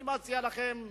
אני מציע לכם,